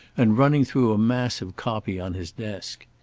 and running through a mass of copy on his desk.